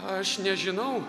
aš nežinau